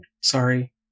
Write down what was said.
sorry